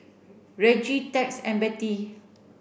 Reggie Tex and Bette